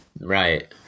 Right